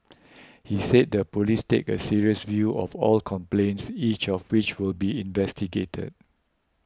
he said the police take a serious view of all complaints each of which will be investigated